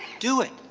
do it.